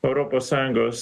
europos sąjungos